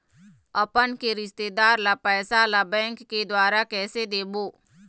अपन के रिश्तेदार ला पैसा ला बैंक के द्वारा कैसे देबो?